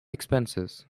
expenses